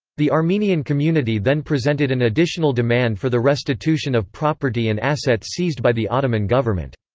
the armenian community then presented an additional demand for the restitution of property and assets seized by the ottoman government.